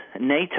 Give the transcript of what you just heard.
NATO